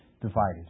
divided